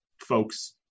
folks